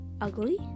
ugly